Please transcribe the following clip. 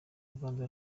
rwanda